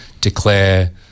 declare